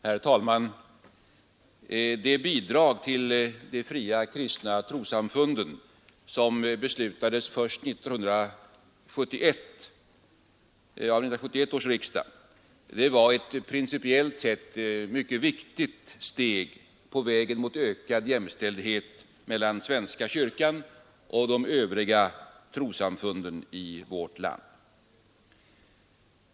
Herr talman! Det bidrag till de fria kristna trossamfunden som beslutades av 1971 års riksdag var ett principiellt sett mycket viktigt steg på vägen mot ökad jämställdhet mellan svenska kyrkan och de övriga trossamfunden i vårt land.